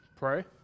pray